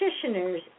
practitioners